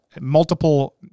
multiple